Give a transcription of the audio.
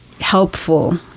helpful